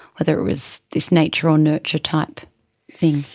whether it was this nature or nurture type thing?